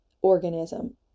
organism